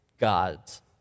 God's